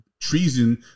treason